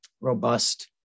robust